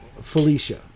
Felicia